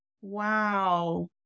Wow